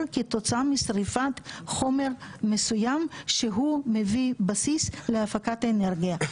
כתוצאה משריפת חומר מסוים שהוא מביא בסיס להפקת האנרגיה.